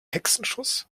hexenschuss